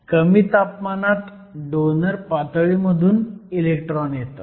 कमी तापमानात डोनर पातळीमधून इलेक्ट्रॉन येतात